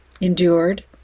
endured